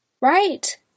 Right